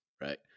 Right